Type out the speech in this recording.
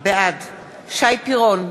בעד שי פירון,